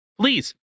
please